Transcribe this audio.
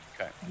Okay